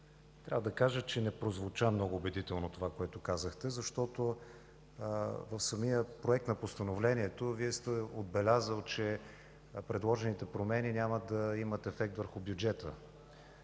Трябва да кажа, че не прозвуча много убедително това, което казахте. В самия проект на постановлението сте отбелязали, че предложените промени няма да имат ефект върху бюджета.